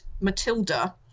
matilda